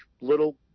little